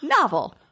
Novel